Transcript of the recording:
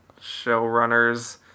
showrunners